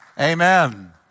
Amen